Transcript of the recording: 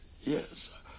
Yes